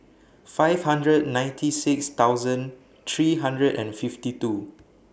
five hundred ninety six thousand three hundred and fifty two